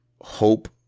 hope